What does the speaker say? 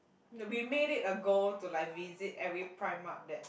we made it a goal to like visit every primark that